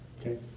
okay